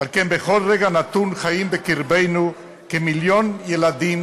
ועל כן, בכל רגע נתון חיים בקרבנו כמיליון ילדים